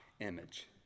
image